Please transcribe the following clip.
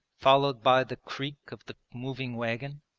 followed by the creak of the moving wagon.